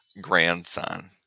Grandson